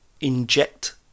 inject